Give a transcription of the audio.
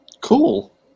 Cool